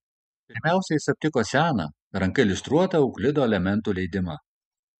pirmiausia jis aptiko seną ranka iliustruotą euklido elementų leidimą